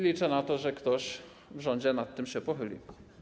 Liczę na to, że ktoś w rządzie nad tym się pochyli.